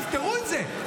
תפתרו את זה.